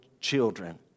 children